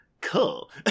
cool